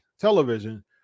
television